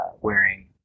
wearing